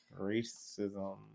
Racism